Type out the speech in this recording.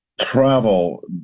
travel